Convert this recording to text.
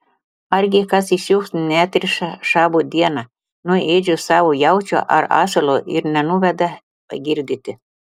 argi kas iš jūsų neatriša šabo dieną nuo ėdžių savo jaučio ar asilo ir nenuveda pagirdyti